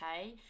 okay